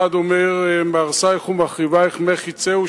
אחד אומר: מהרסייך ומחריבייך ממך יצאו,